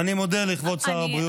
אני מודה לכבוד שר הבריאות.